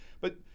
but-